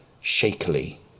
shakily